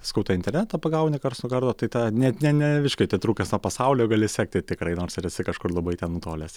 sakau tą internetą pagauni karts nuo karto tai tą net ne ne visiškai atitrūkęs nuo pasaulio gali sekti tikrai nors ir esi kažkur labai ten nutolęs